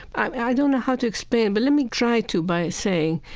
i don't know how to explain, but me try to by saying,